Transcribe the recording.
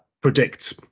predict